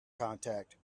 contact